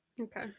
Okay